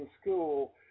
school